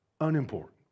unimportant